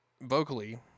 vocally